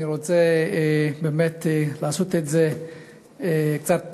אני רוצה באמת לעשות את זה קצת,